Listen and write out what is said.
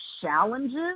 challenges